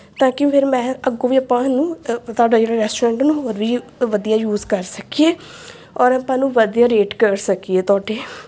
ਤਾਂ ਕਿ ਫਿਰ ਮੈਂ ਅੱਗੋਂ ਵੀ ਆਪਾਂ ਇਹਨੂੰ ਤੁਹਾਡਾ ਜਿਹੜਾ ਰੈਸਟੋਰੈਂਟ ਇਹਨੂੰ ਰੀ ਵਧੀਆ ਯੂਜ ਕਰ ਸਕੀਏ ਔਰ ਆਪਾਂ ਨੂੰ ਵਧੀਆ ਰੇਟ ਕਰ ਸਕੀਏ ਤੁਹਾਡੇ